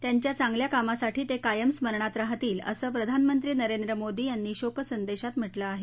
त्यांच्या चांगल्या कामासाठी ते कायम स्मरणात राहतील असं प्रधानमंत्री नरेंद्र मोदी यांनी शोकसंदेशात म्हटलं आहे